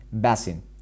basin